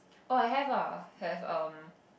oh I have uh have ah have um